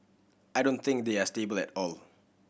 I don't think they are stable at all